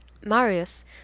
Marius